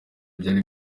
byari